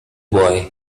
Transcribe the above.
boy